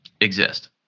exist